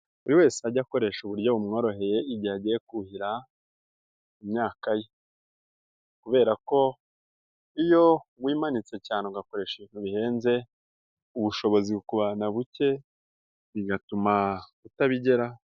Buri wese ajye akoresha uburyo bumworoheye igihe agiye kuhira imyaka ye, kubera ko iyo wimanitse cyane ugakoresha ibintu bihenze, ubushobozi kubana buke bigatuma utabigeraho.